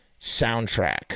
soundtrack